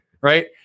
right